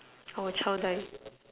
oh child die